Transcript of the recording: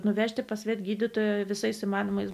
nuvežti pas gydytoją visais įmanomais